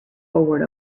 forward